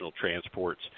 transports